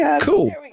cool